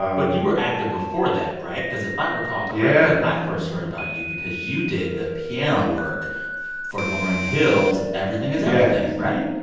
but you were active before that, right? because if i recall correctly. yeah. i first heard about you because you did the piano work for lauryn hill's everything is everything, right?